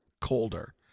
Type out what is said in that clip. colder